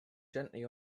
gently